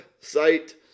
site